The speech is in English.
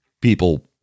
people